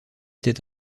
est